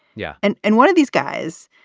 yeah. and and one of these guys,